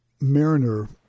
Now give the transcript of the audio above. Mariner